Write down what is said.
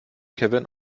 kevin